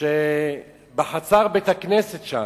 בחצר בית-הכנסת שם,